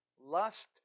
Lust